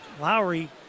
lowry